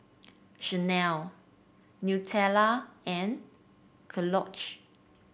Chanel Nutella and Kellogg